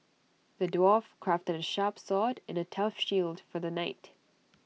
the dwarf crafted A sharp sword and A tough shield for the knight